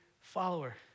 follower